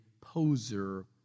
poser